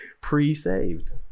pre-saved